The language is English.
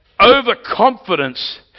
overconfidence